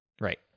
Right